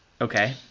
Okay